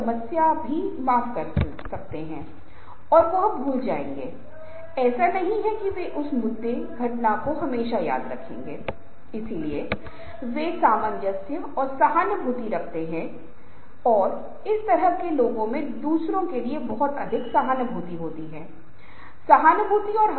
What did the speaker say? तो दोस्तों इन सभी व्याख्यानों में मैं संचार के महत्व पर जोर देता रहा हूँ कि क्या यह समूह है या क्या यह एक नेतृत्व गुण है इसके अलावा व्यक्तित्व की विशेषताओं में कई अन्य चीजें और लक्षण हैं महत्वपूर्ण बात यह है कि हमारे संचार कौशल और यह होगा इसे प्रशिक्षण के माध्यम से प्रथाओं के माध्यम से विकसित किया जा सकता है